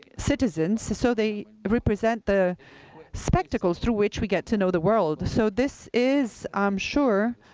citizens, so they represent the spectacles through which we get to know the world. so this is, i'm sure,